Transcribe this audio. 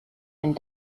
and